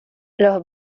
los